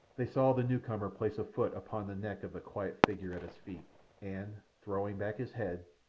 they saw the new-comer place a foot upon the neck of the quiet figure at his feet and, throwing back his head,